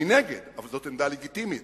אני נגד, אבל זאת עמדה לגיטימית.